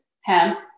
hemp